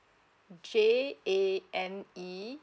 j a n e